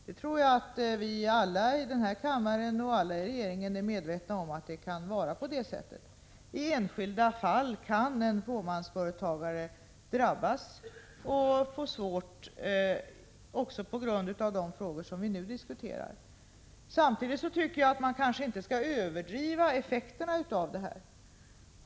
Det tror jag att alla i den här kammaren och alla i regeringen är medvetna om. I enskilda fall kan en fåmansföretagare drabbas och få det svårt, också på grund av de förhållanden som vi här diskuterar. Samtidigt tycker jag dock inte man skall överdriva effekterna av detta.